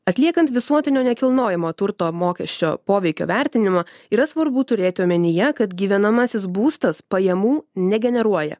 atliekant visuotinio nekilnojamo turto mokesčio poveikio vertinimą yra svarbu turėti omenyje kad gyvenamasis būstas pajamų negeneruoja